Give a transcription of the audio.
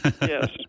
Yes